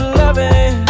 loving